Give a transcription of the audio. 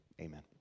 Amen